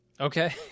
Okay